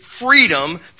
freedom